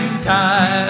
time